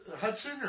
Hudson